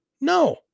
No